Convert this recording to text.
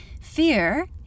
Fear